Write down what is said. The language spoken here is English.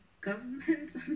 government